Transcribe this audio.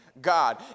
God